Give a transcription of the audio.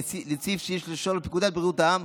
לצד סעיף 33 לפקודת בריאות העם,